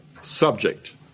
subject